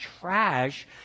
trash